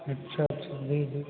अच्छा ठीक है